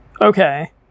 Okay